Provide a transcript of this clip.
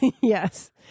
Yes